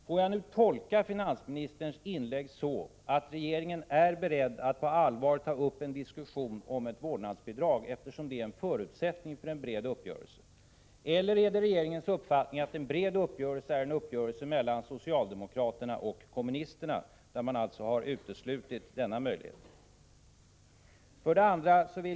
Får jag tolka finansministerns inlägg så att regeringen är beredd att på allvar ta upp en diskussion om ett vårdnadsbidrag, eftersom det är en förutsättning för en bred uppgörelse? Eller är det regeringens uppfattning att en bred uppgörelse är en uppgörelse mellan socialdemokraterna och kommunisterna, där man alltså har uteslutit denna möjlighet?